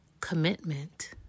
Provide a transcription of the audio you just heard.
commitment